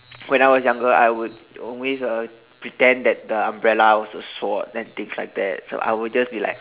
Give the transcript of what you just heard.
when I was younger I would always uh pretend that the umbrella was a sword and things like that so I would just be like